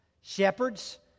shepherds